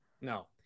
No